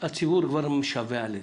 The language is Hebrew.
הציבור כבר משווע לזה,